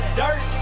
dirt